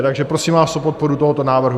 Takže prosím vás o podporu tohoto návrhu.